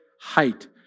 height